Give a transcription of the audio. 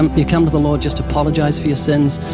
um you'll come to the lord, just apologize for your sins,